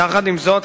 יחד עם זאת,